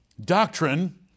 doctrine